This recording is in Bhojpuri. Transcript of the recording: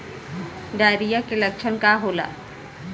डायरिया के लक्षण का होला?